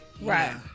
Right